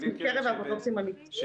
אחוזים מקרב האפוטרופוסים הגדולים,